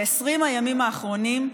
ב-20 הימים האחרונים,